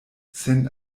sen